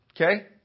Okay